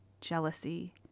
jealousy